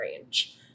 range